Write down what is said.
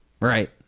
Right